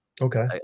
Okay